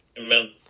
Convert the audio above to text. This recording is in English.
Amen